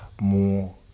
more